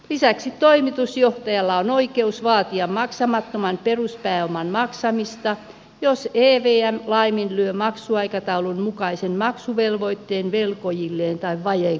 lisäksi toimitusjohtajalla on oikeus vaatia maksamattoman peruspääoman maksamista jos evm laiminlyö maksuaikataulun mukaisen maksuvelvoitteen velkojilleen tai vajeen kattamiseksi